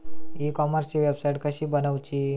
E कॉमर्सची website कशी बनवची?